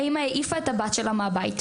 האמא העיפה את הבת שלה מהבית,